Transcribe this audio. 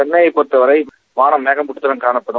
சென்னையை பொறுத்தவரை வானம் மேகமுட்டத்துடன் காணப்படும்